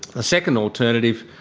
the second alternative,